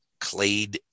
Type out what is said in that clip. clade